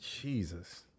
Jesus